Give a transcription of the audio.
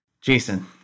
Jason